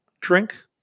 drink